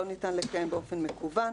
לא ניתן לקיים באופן מקוון,